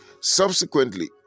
Subsequently